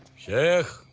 share